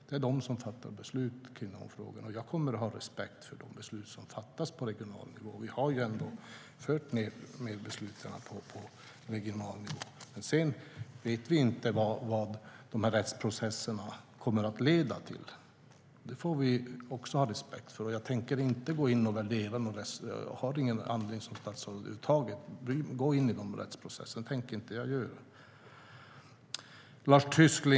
Det är de som fattar beslut i dessa frågor. Jag kommer att ha respekt för de beslut som fattas på regional nivå. Vi har fört ned medbeslutandet på regional nivå, men vi vet inte vad rättsprocesserna kommer att leda till. Det får vi ha respekt för. Som statsråd har jag över huvud taget ingen anledning att gå in i de rättsprocesserna. Jag tänker inte göra det. Lars Tysklind!